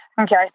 Okay